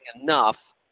enough